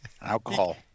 Alcohol